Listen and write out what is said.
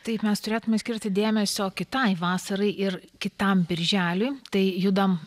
taip mes turėtume skirti dėmesio kitai vasarai ir kitam birželiui tai judam